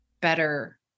better